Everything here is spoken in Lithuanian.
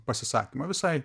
pasisakymą visai